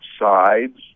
sides